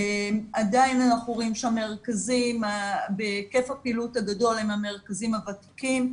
עדיין אנחנו רואים שהמרכזים בהיקף הפעילות הגדול הם המרכזים הוותיקים,